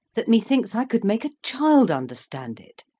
that methinks i could make a child understand it.